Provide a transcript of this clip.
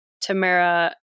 Tamara